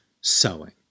sewing